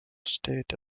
state